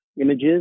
images